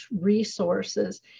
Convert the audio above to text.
resources